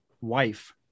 wife